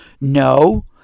no